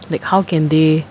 like how can they